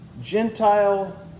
Gentile